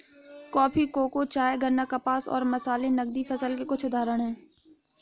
coffee, cocoa, चाय, गन्ना, कपास और मसाले नकदी फसल के कुछ उदाहरण हैं